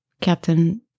Captain